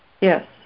Yes